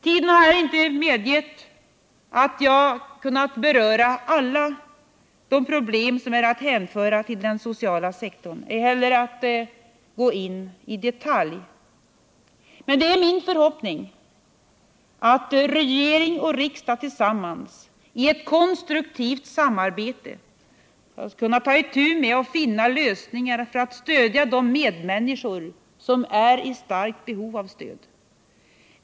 Tiden medger inte att jag här kan beröra mer än några av de problem som är att hänföra till den sociala sektorn, ej heller att jag går in på dem i detalj. Men det är min förhoppning att regering och riksdag tillsammans i ett konstruktivt samarbete skall kunna ta itu med dessa problem och finna lösningar för att stödja de medmänniskor som är i starkt behov av stöd.